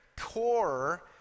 Core